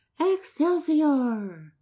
Excelsior